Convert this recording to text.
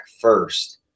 first